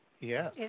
Yes